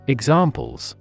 Examples